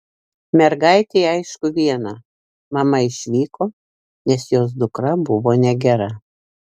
mergaitei aišku viena mama išvyko nes jos dukra buvo negera